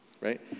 right